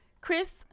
Chris